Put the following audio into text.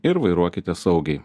ir vairuokite saugiai